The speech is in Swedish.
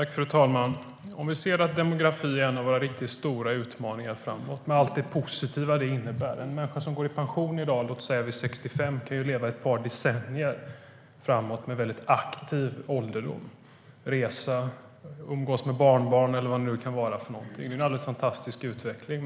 Fru talman! Vi ser att demografin är en av våra riktigt stora utmaningar framåt, med allt det positiva det innebär. En människa som går i pension i dag, låt oss säga vid 65 år, kan leva i ett par decennier framåt med en aktiv ålderdom. Man kan resa, umgås med barnbarn eller vad det nu kan vara för någonting. Det är en alldeles fantastiskt utveckling.